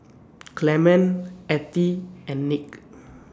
Clement Ethie and Nick